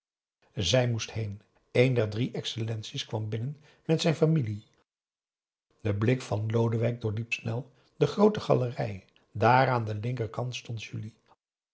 zij moest heen een der drie excellenties kwam binnen met zijn familie de blik van lodewijk doorliep snel de groote galerij dààr aan den linkerkant stond julie